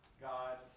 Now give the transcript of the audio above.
God